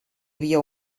havia